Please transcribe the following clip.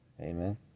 amen